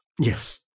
Yes